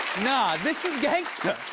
nah, this is gangsta.